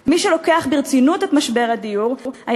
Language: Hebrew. מי שלוקח ברצינות את משבר הדיור היה